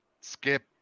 skip